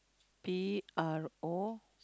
P_R_O